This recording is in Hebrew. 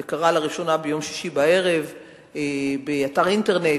זה קרה לראשונה ביום שישי בערב באתר אינטרנט.